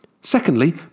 secondly